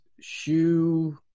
shoe